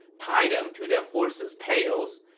tie them to their horses' tails,